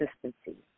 consistency